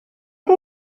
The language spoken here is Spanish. que